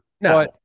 no